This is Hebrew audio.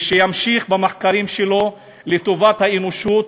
ושימשיך במחקרים שלו לטובת האנושות,